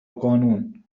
القانون